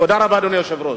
תודה רבה, אדוני היושב-ראש.